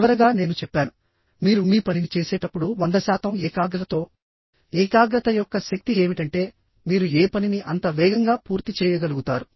చివరగా నేను చెప్పాను మీరు మీ పనిని చేసేటప్పుడు 100 శాతం ఏకాగ్రతతో ఏకాగ్రత యొక్క శక్తి ఏమిటంటే మీరు ఏ పనిని అంత వేగంగా పూర్తి చేయగలుగుతారు